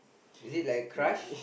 is it like a crush